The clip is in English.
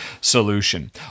solution